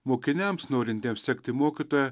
mokiniams norintiems sekti mokytoją